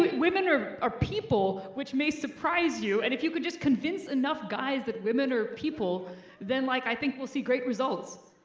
women are are people, which may surprise you and if you could just convince enough guys that women are people then like i think we'll see great results.